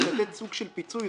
כדי לתת סוג של פיצוי,